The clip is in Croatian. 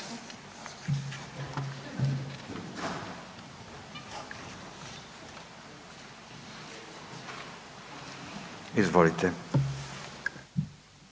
Izvolite